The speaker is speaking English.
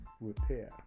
repair